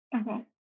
Okay